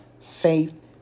faith